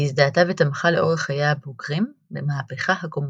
היא הזדהתה ותמכה לאורך חייה הבוגרים במהפכה הקומוניסטית.